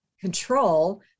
control